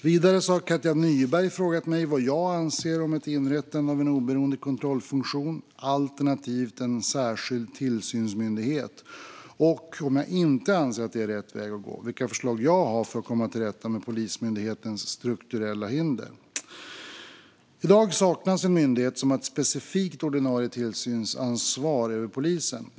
Vidare har Katja Nyberg frågat mig vad jag anser om ett inrättande av en oberoende kontrollfunktion alternativt en särskild tillsynsmyndighet och, om jag inte anser att det är rätt väg att gå, vilka förslag jag har för att komma till rätta med Polismyndighetens strukturella hinder. I dag saknas en myndighet som har ett specifikt ordinarie tillsynsansvar över polisen.